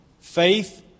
Faith